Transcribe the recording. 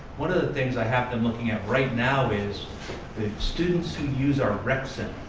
one of the things i have them looking at right now is the students who use our rec center,